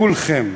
כולכם,